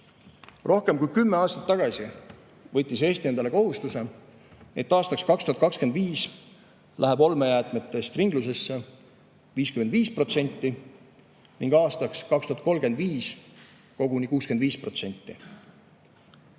Rohkem kui 10 aastat tagasi võttis Eesti endale kohustuse, et aastaks 2025 läheb olmejäätmetest ringlusse 55% ning aastaks 2035 koguni 65%.